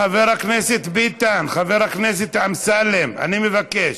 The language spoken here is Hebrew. חבר הכנסת ביטן, חבר הכנסת אמסלם, אני מבקש,